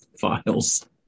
files